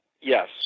Yes